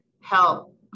help